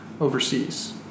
overseas